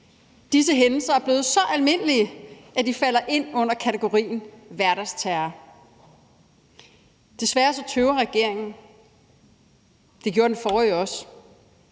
Disse hændelser er blevet så almindelige, at de falder ind under kategorien hverdagsterror. Desværre tøver regeringen. Det gjorde den forrige også,